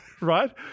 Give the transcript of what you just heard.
right